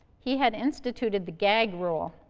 he had instituted the gag rule,